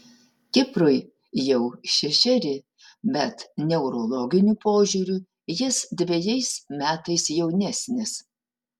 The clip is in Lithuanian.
kiprui jau šešeri bet neurologiniu požiūriu jis dvejais metais jaunesnis